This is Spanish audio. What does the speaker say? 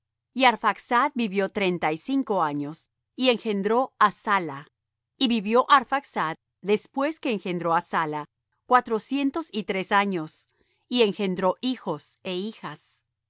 y arphaxad vivió treinta y cinco años y engendró á sala y vivió arphaxad después que engendró á sala cuatrocientos y tres años y engendró hijos é hijas